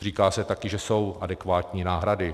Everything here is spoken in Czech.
Říká se také, že jsou adekvátní náhrady.